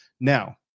Now